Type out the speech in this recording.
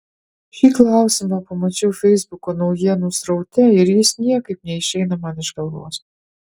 šį klausimą pamačiau feisbuko naujienų sraute ir jis niekaip neišeina man iš galvos